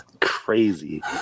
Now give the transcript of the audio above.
crazy